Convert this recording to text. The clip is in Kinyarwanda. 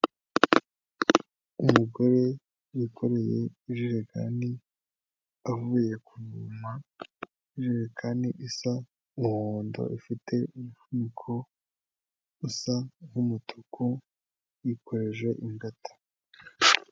Umugore wikoreye ijerekani avuye kuvoma, ijerekani isa umuhondo ifite umufuniko usa nk'umutuku, yikoreje ingata.